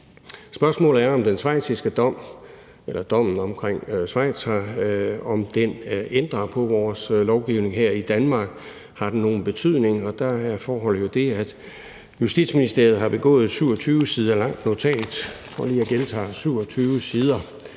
Spørgsmålet er, om dommen omkring Schweiz ændrer på vores lovgivning her i Danmark, om den har nogen betydning. Der er forholdet jo det, at Justitsministeriet har begået et 27 sider langt notat – jeg tror lige, jeg gentager: 27 sider